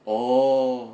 oh